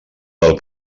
del